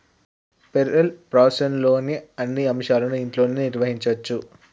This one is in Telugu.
పేరోల్ ప్రాసెస్లోని అన్ని అంశాలను ఇంట్లోనే నిర్వహించచ్చు